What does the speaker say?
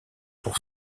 pour